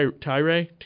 Tyre